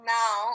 now